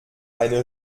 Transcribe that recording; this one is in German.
eine